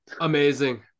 Amazing